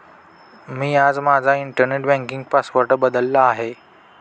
मी आज माझा internet banking password बदलला आहे